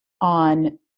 on